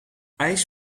ijs